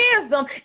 wisdom